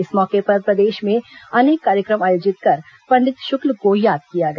इस मौके पर प्रदेश में अनेक कार्यक्रम आयोजित कर पंडित शुक्ल को याद किया गया